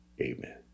amen